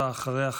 ואחריה,